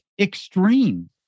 extreme